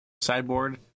Sideboard